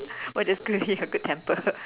what does clearly a good temper